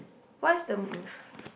what's the uh